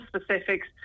specifics